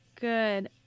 good